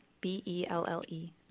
B-E-L-L-E